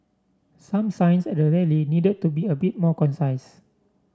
some signs at the rally needed to be a bit more concise